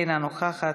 אינה נוכחת,